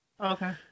Okay